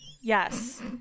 Yes